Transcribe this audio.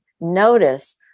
Notice